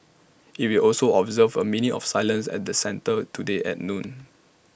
IT will also observe A minute of silence at the centre today at noon